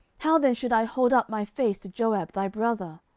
how then should i hold up my face to joab thy brother?